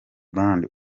brand